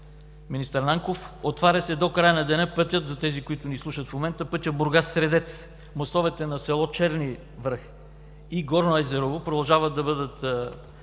министър Нанков. Отваря се до края на деня – за тези, които ни слушат в момента, пътят Бургас – Средец. Мостовете на селата Черни връх и Горно Езерово продължават да се